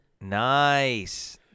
Nice